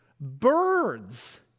Birds